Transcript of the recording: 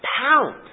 pound